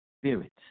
spirit